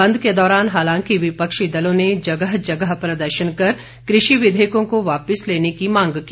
बंद के दौरान हालांकि विपक्षी दलों ने जगह जगह प्रदर्शन कर कृषि विधेयकों को वापिस लेने की मांग की